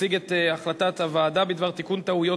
מציג את החלטת הוועדה בדבר תיקון טעויות